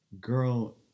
Girl